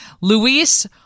Luis